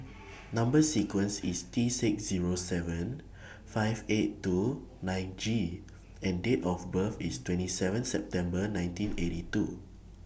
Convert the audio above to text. Number sequence IS T six Zero seven five eight two nine G and Date of birth IS twenty seven September nineteen eighty two